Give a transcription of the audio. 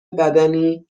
بدنی